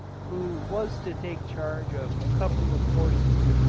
who was to take charge of a couple of horses,